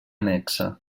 annexa